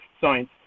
science